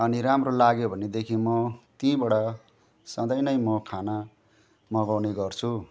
अनि राम्रो लाग्यो भनेदेखि म त्यहीँबाट सधैँ नै म खाना मगाउने गर्छु